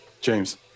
James